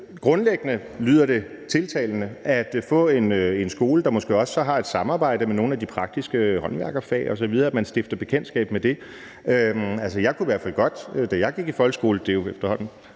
Grundlæggende lyder det tiltalende at få en skole, der måske også har et samarbejde med nogle af de praktiske håndværkerfag osv., altså sådan at man stifter bekendtskab med det. Jeg kunne i hvert fald godt, da jeg gik i folkeskole – det er jo for